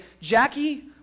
Jackie